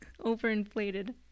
overinflated